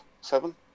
seven